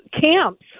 camps